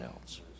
else